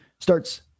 starts